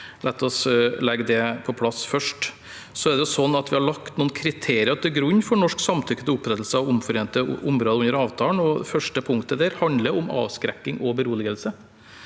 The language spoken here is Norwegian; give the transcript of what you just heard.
La oss legge det på plass først. I avtalen har vi lagt noen kriterier til grunn for norsk samtykke til opprettelse av omforente områder. Det første punktet der handler om avskrekking og beroligelse.